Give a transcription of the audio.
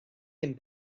cyn